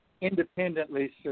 independently